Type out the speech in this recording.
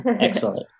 Excellent